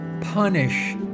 punish